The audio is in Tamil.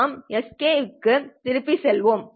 நாம் sk க்கு திருப்பி செல்வோம்